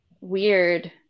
weird